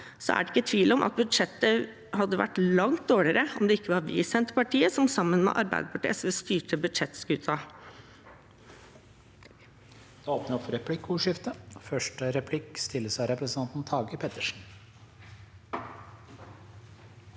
er det ikke tvil om at budsjettet hadde vært langt dårligere om det ikke var vi i Senterpartiet som sammen med Arbeiderpartiet og SV styrte budsjettskuta.